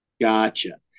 Gotcha